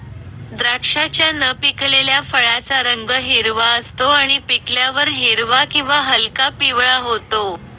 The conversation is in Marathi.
द्राक्षाच्या न पिकलेल्या फळाचा रंग हिरवा असतो आणि पिकल्यावर हिरवा किंवा हलका पिवळा होतो